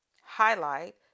Highlight